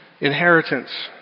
inheritance